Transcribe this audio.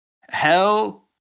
Hell